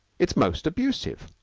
it's most abusive.